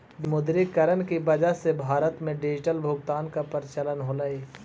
विमुद्रीकरण की वजह से भारत में डिजिटल भुगतान का प्रचलन होलई